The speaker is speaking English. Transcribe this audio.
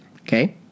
Okay